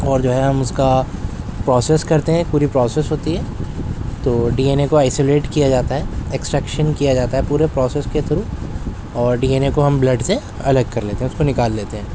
اور جو ہے ہم اس کا پروسیس کرتے ہیں پوری پروسیس ہوتی ہے تو ڈی این اے کو آئیسولیٹ کیا جاتا ہے ایکسٹرکشن کیا جاتا ہے پورے پروسیس کے تھرو اور ڈی این اے کو ہم بلڈ سے الگ کر لیتے ہیں اس کو نکال لیتے ہیں